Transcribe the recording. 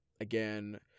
again